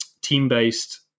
team-based